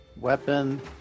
weapon